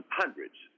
hundreds